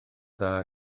dda